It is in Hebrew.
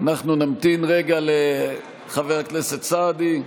אנחנו נמתין רגע לחבר הכנסת סעדי.